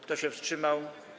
Kto się wstrzymał?